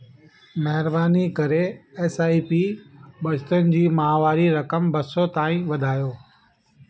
महिरबानी करे S I P बचतुनि जी माहिवारी रक़म ॿ सौ ताईं वधायो